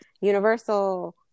Universal